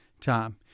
time